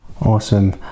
Awesome